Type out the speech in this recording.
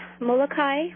Molokai